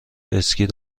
اسکی